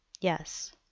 Yes